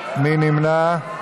מי נמנע?